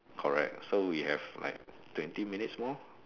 correct so we have like twenty minutes more